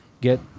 get